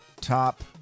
top